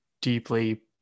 deeply